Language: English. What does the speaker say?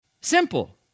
Simple